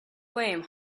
flame